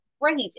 great